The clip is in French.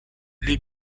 les